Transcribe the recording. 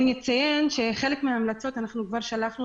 אפשר לתחום אותה גם בחלק של האסירים בתוך בתי הסוהר וגם כשמשתחררים מבית